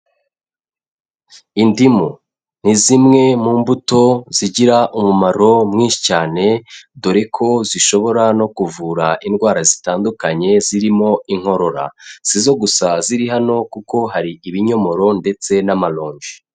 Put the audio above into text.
Indimu ni zimwe mu mbuto zigira umumaro mwinshi cyane, dore ko zishobora no kuvura indwara zitandukanye zirimo inkorora, si zo gusa ziri hano kuko hari ibinyomoro ndetse n'amaronji.